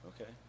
Okay